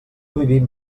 vivim